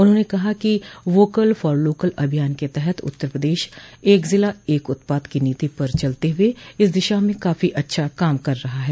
उन्होंने कहा कि वोकल फार लोकल अभियान के तहत उत्तर प्रदेश एक जिला एक उत्पाद की नीति पर चलते हुए इस दिशा में काफी अच्छा काम कर रहा है